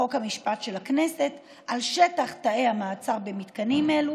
חוק ומשפט של הכנסת על שטח תאי המעצר במתקנים אלה,